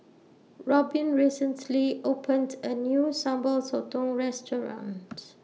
Robyn recently opened A New Sambal Sotong restaurants